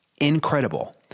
incredible